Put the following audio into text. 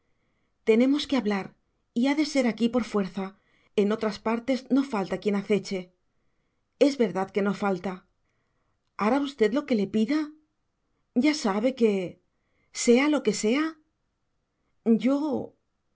tenemos que hablar y ha de ser aquí por fuerza en otras partes no falta quien aceche es verdad que no falta hará usted lo que le pida ya sabe que sea lo que sea yo